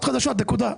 חדשות, נקודה.